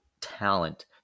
talent